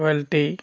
quality